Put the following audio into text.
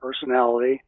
personality